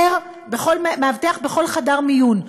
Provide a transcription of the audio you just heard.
מאבטח בכל חדר מיון,